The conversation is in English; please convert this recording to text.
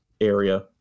area